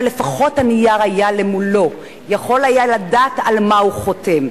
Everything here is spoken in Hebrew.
אבל לפחות הנייר היה מולו והוא יכול היה לדעת על מה הוא חותם.